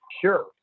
Sure